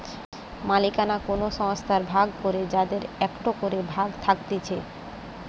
মালিকানা কোন সংস্থার ভাগ করে যাদের একটো করে ভাগ থাকতিছে